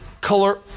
color